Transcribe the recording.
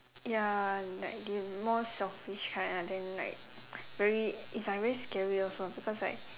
ya like they more selfish kind ah then like very it's like very scary also because like